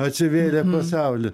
atsivėrė pasaulį